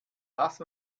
lass